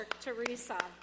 Teresa